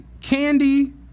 candy